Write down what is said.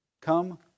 come